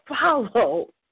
follow